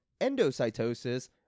endocytosis